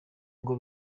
ngo